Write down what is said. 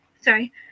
sorry